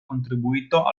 contribuito